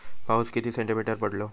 पाऊस किती सेंटीमीटर पडलो?